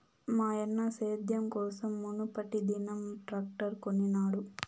మాయన్న సేద్యం కోసం మునుపటిదినం ట్రాక్టర్ కొనినాడు